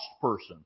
person